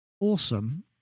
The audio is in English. awesome